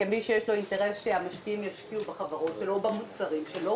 כמי שיש לו אינטרס שהמשקיעים ישקיעו בחברות שלו ובמוצרים שלו,